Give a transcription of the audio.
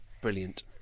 Brilliant